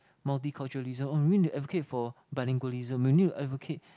multi culturism oh we need to advocate for bilingualism we need to advocate